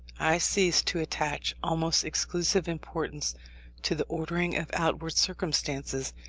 i ceased to attach almost exclusive importance to the ordering of outward circumstances,